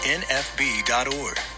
nfb.org